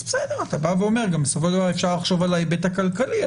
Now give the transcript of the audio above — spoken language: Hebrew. ובסופו של דבר אפשר לחשוב על ההיבט הכלכלי,